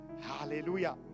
Hallelujah